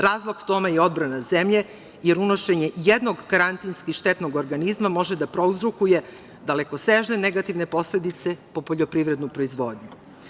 Razlog tome je odbrana zemlje, jer unošenje jednog karantinski štetnog organizma može da prouzrokuje dalekosežne negativne posledice po poljoprivrednu proizvodnju.